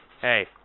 hey